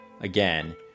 again